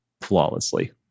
flawlessly